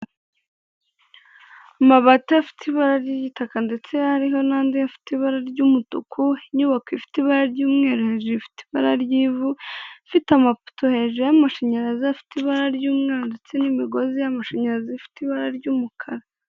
Amabati afite ibara ry'igitaka ndetse hariho n'andi afite ibara ry'umutuku, inyubako ifite ibara ry'umweru rifite ibara ry'ivu, ifite amapoto hejuru y'amashanyarazi afite ibara ry'umuhondo n'imigozi y'amashanyarazi ifite ibara ry'umukara.